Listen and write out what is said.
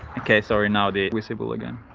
okay, sorry now they visible again